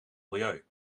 milieu